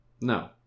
No